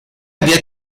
vía